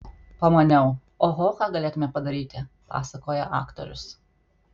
pamaniau oho ką galėtumėme padaryti pasakoja aktorius